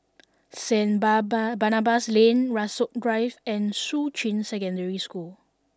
Saint bar bar Barnabas Lane Rasok Drive and Shuqun Secondary School